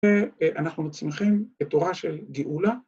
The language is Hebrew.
‫ואנחנו מצליחים בתורה של גאולה.